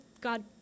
God